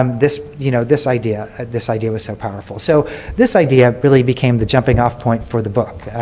um this you know this idea, ah this idea was so powerful. so this idea really became the jumping off point for the book,